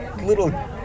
little